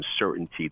uncertainty